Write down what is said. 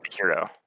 hero